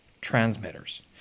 transmitters